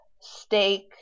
steak